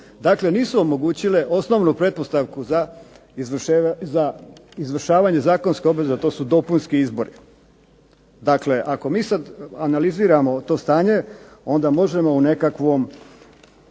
Dakle nisu omogućile osnovnu pretpostavku za izvršavanje zakonske obveze, a to su dopunski izbori. Dakle ako mi sad analiziramo to stanje, onda možemo u nekakvom